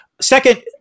Second